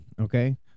okay